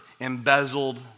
embezzled